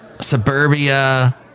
Suburbia